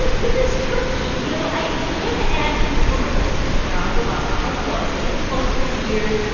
yeah this is tricky. you know, i him and the former president, barack obama, are close. they have been close for years.